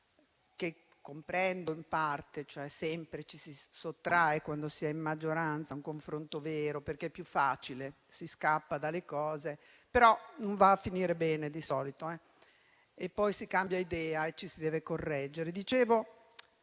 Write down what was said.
che comprendo in parte; ci si sottrae sempre, quando si è in maggioranza, a un confronto vero, perché è più facile, si scappa dalle cose, però non va a finire bene di solito e poi si cambia idea e ci si deve correggere.